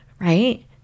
right